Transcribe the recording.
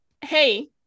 Hey